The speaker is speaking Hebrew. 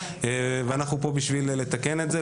ואנחנו פה בשביל לתקן את זה.